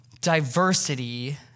diversity